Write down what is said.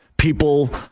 People